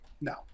no